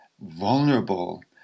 vulnerable